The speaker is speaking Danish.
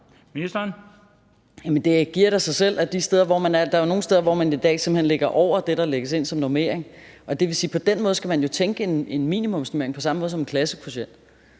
Det giver da sig selv, at der er nogle steder, hvor man i dag simpelt hen ligger over det, der lægges ind som normering. På den måde skal man jo tænke en minimumsnormering på samme måde som en klassekvotient.